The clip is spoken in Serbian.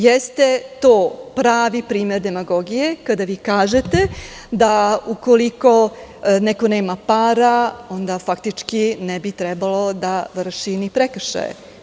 Jeste to pravi primer demagogije, kada vi kažete da, ukoliko neko nema para, onda faktički ne bi trebalo da vrši ni prekršaje.